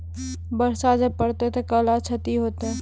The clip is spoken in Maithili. बरसा जा पढ़ते थे कला क्षति हेतै है?